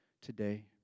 today